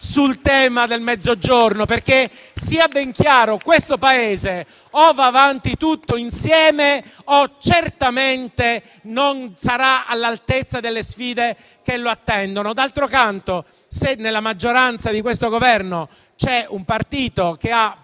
sul tema del Mezzogiorno. Sia ben chiaro, infatti, che questo Paese o va avanti tutto insieme o certamente non sarà all'altezza delle sfide che lo attendono. D'altro canto, se nella maggioranza di questo Governo vi è un partito che ha